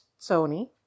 Sony